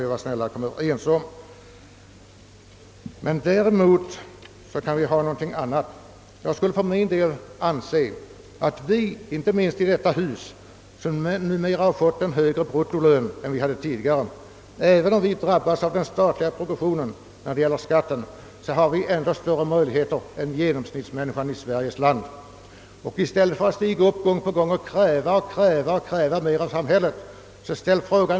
I stället bör inte minst vi i detta hus, som nu fått en bättre lön även med hänsyn tagen till skatteprogressionen, kräva mera av oss själva tills samhället får bättre ekonomiska resurser.